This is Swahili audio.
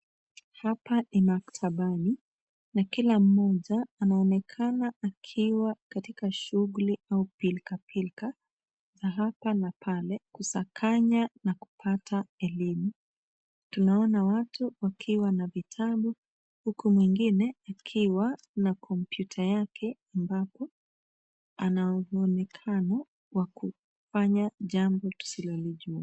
Hapa ni maktabani na kila mmoja anaonekana akiwa katika shughuli au pilkapilka za hapa na pale kusakanya na kupata elimu. Tunaona watu wakiwa na vitabu huku mwingine akiwa na kompyuta yake ambapo ana mwonekano wa kufanya jambo tusilolijua.